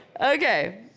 Okay